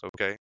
Okay